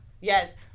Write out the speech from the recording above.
Yes